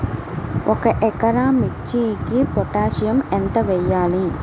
ఒక ఎకరా మిర్చీకి పొటాషియం ఎంత వెయ్యాలి?